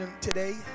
today